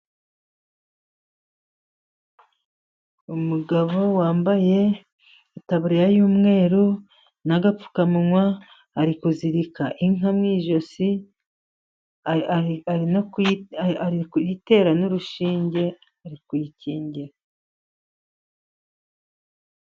Umugabo wambaye itaburiya y'umweru n'agapfukanwa, ari kuzirika inka mu ijosi, ari kuyitera n'urushinge, ari kuyikingira.